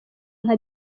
nka